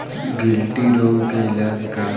गिल्टी रोग के इलाज का ह?